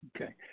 Okay